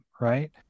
right